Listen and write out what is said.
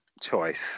choice